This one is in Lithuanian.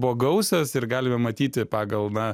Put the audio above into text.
buvo gausios ir galime matyti pagal na